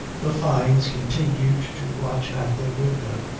the fynes continued to watch at their window.